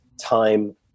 time